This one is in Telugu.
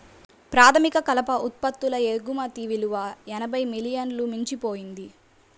ప్రాథమిక కలప ఉత్పత్తుల ఎగుమతి విలువ ఎనభై మిలియన్లను మించిపోయింది